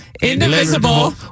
indivisible